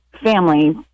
family